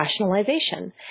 rationalization